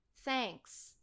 Thanks